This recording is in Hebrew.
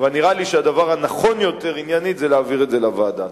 אבל נראה לי שהדבר הנכון יותר עניינית זה להעביר לוועדה.